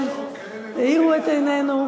ברוך הבא, אדוני השר.